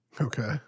Okay